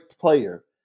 player